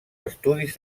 estudis